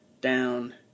down